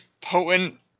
potent